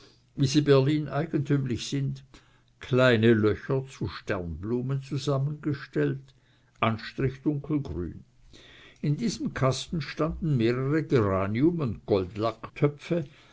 berlin eigentümlich sind kleine löcher zu sternblumen zusammengestellt anstrich dunkelgrün in diesem kasten standen mehrere geranium und